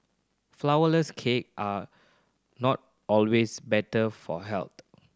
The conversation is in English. flourless cake are not always better for health